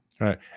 Right